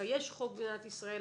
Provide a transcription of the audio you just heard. יש חוק במדינת ישראל.